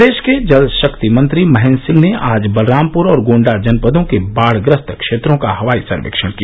प्रदेश के जल शक्ति मंत्री महेंद्र सिंह ने आज बलरामपुर और गोण्डा जनपदों के बाढ़ग्रस्त क्षेत्रों का हवाई सर्वेक्षण किया